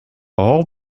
all